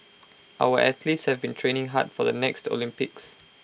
our athletes have been training hard for the next Olympics